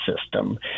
system